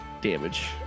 damage